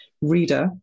reader